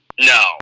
no